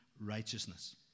righteousness